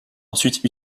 ensuite